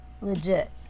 legit